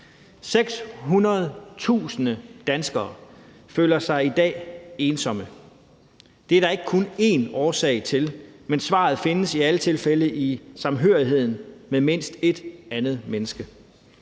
600.000 danskere føler sig i dag ensomme. Det er der ikke kun én årsag til, men svaret findes i alle tilfælde i samhørigheden med mindst ét andet menneske.